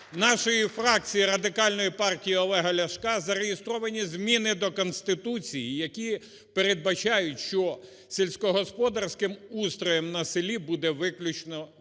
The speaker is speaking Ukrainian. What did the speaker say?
нашої фракції Радикальної партії Олега Ляшка зареєстровані зміни до Конституції, які передбачають, що сільськогосподарським устроєм на селі буде виключно